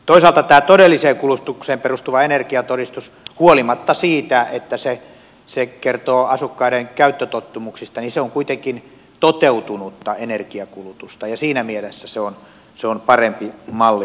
toisaalta tämä todelliseen kulutukseen perustuva energiatodistus huolimatta siitä että se kertoo asukkaiden käyttötottumuksista on kuitenkin toteutunutta energiankulutusta ja siinä mielessä se on parempi malli